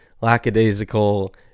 lackadaisical